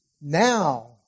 Now